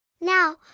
Now